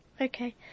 Okay